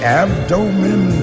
abdomen